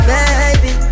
Baby